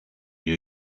new